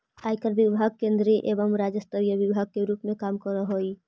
आयकर विभाग केंद्रीय एवं राज्य स्तरीय विभाग के रूप में काम करऽ हई